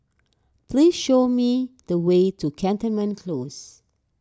please show me the way to Cantonment Close